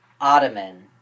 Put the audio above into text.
ottoman